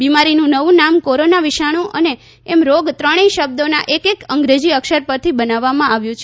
બિમારીનું નવુ નામ કોરોના વિષાણુ અને એમ રોગ ત્રણેય શબ્દોના એક એક અંગ્રેજી અક્ષર પરથી બનાવવામાં આવ્યું છે